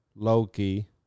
Loki